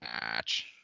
match